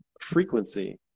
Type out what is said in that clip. frequency